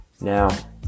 Now